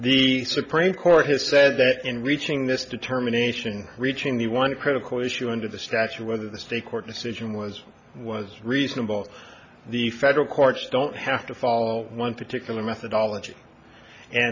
the supreme court has said that in reaching this determination reaching the one critical issue under the statute whether the state court decision was was reasonable the federal courts don't have to follow one particular methodology